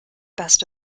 best